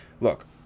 look